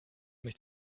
mich